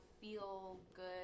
feel-good